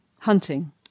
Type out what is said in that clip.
hunting